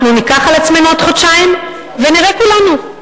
אנחנו ניקח על עצמנו עוד חודשיים, ונראה כולנו.